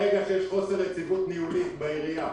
ברגע שיש חוסר יציבות ניהולית בעירייה